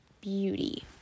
beauty